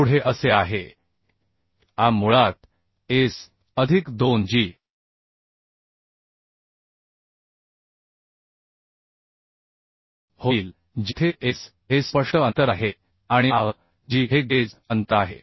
पुढे असे आहे की a मुळात S अधिक 2g होईल जेथे S हे स्पष्ट अंतर आहे आणि आह g हे गेज अंतर आहे